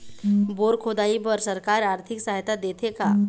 Bore खोदाई बर सरकार आरथिक सहायता देथे का?